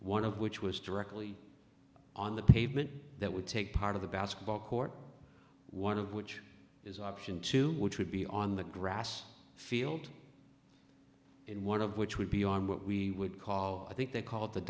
one of which was directly on the pavement that would take part of the basketball court one of which is option two which would be on the grass field and one of which would be on what we would call i think they call it the